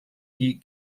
die